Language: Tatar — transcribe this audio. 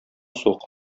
сук